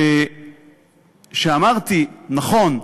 שאמרתי: נכון,